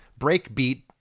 breakbeat